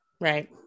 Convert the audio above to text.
Right